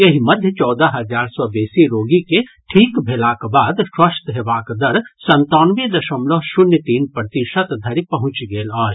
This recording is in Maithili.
एहि मध्य चौदह हजार सँ बेसी रोगी के ठीक भेलाक बाद स्वस्थ हेबाक दर संतानवे दशमलव शून्य तीन प्रतिशत धरि पहुंचि गेल अछि